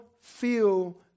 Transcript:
feel